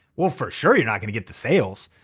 well for sure you're not gonna get the sales.